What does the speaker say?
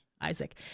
Isaac